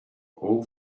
all